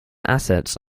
assets